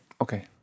okay